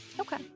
Okay